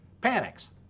panics